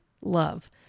love